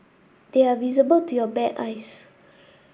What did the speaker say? they are visible to your bare eyes